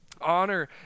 Honor